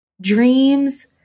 Dreams